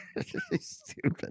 Stupid